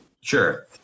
Sure